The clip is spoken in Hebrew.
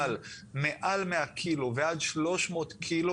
אבל מעל 100 קילו ועד 300 קילו,